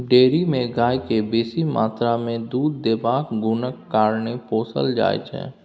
dairy मे गाय केँ बेसी मात्रा मे दुध देबाक गुणक कारणेँ पोसल जाइ छै